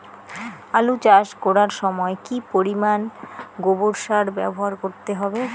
আলু চাষ করার সময় কি পরিমাণ গোবর সার ব্যবহার করতে হবে?